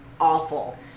awful